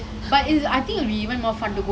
no it's damn fun lah you should like